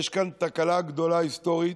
יש כאן תקלה גדולה, היסטורית,